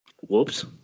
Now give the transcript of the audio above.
Whoops